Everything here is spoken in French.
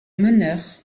meneur